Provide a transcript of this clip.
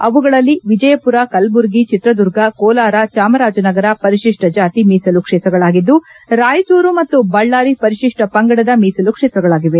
ಅವುಗಳಲ್ಲಿ ವಿಜಯಪುರ ಕಲಬುರಗಿ ಚಿತ್ರದುರ್ಗ ಕೋಲಾರ ಚಾಮರಾಜನಗರ ಪರಿಶಿಷ್ಷ ಜಾತಿ ಮೀಸಲು ಕ್ಷೇತ್ರಗಳಾಗಿದ್ದು ರಾಯಚೂರು ಮತ್ತು ಬಳ್ಳಾರಿ ಪರಿಶಿಷ್ಟ ಪಂಗಡದ ಮೀಸಲು ಕ್ಷೇತ್ರಗಳಾಗಿವೆ